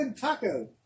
taco